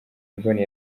imboni